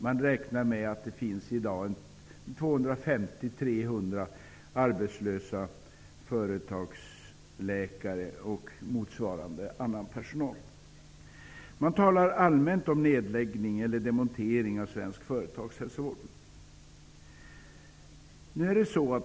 Man räknar med att det i dag finns 250-- Man talar allmänt om nedläggning eller demontering av svensk företagshälsovård.